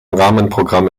rahmenprogramm